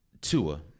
Tua